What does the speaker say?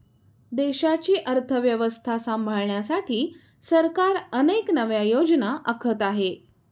देशाची अर्थव्यवस्था सांभाळण्यासाठी सरकार अनेक नव्या योजना आखत आहे